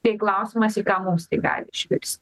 tai klausimas į ką mums tai gali išvirsti